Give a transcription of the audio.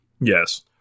Yes